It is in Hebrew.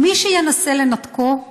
ומי שינסה לנתקו,